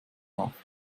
auf